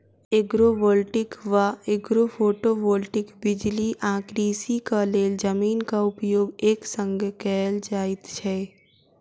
agrovoltaic वा agrophotovoltaic बिजली आ कृषिक लेल जमीनक उपयोग एक संग कयल जाइत छै